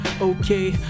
okay